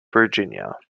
virginia